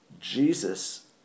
Jesus